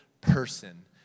person